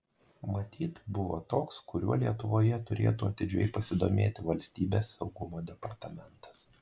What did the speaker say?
matyt buvo toks kuriuo lietuvoje turėtų atidžiai pasidomėti valstybės saugumo departamentas